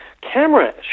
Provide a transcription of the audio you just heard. camera